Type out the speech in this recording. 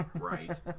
Right